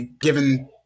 Given